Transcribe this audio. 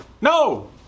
No